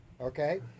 Okay